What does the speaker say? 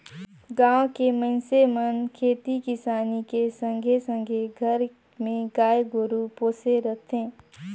गाँव के मइनसे मन खेती किसानी के संघे संघे घर मे गाय गोरु पोसे रथें